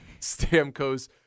Stamkos